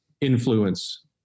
influence